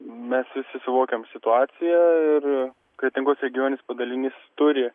mes visi suvokiam situaciją ir kretingos regioninis padalinys turi